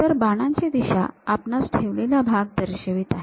तर बाणांची दिशा आपणास ठेवलेला भाग दर्शवित आहे